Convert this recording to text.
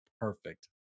Perfect